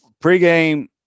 Pre-game